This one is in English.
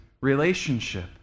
relationship